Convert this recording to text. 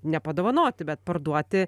nepadovanoti bet parduoti